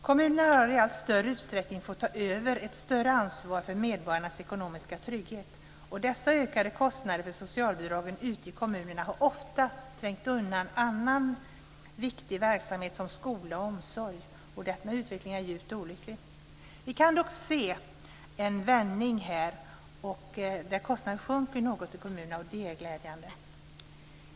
Kommunerna har i allt större utsträckning fått ta över ett större ansvar för medborgarnas ekonomiska trygghet. Dessa ökade kostnader för socialbidragen ute i kommunerna har ofta trängt undan annan viktig verksamhet, som skola och omsorg, och denna utveckling är djupt olycklig. Vi kan dock se en vändning, där kostnaderna sjunker något i kommuner, och det är glädjande.